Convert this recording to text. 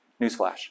newsflash